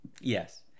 Yes